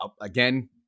again